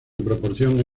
proporción